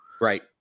Right